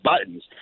buttons